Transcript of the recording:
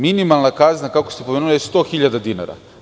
Minimalna kazna, kako ste pomenuli, je 100.000 dinara.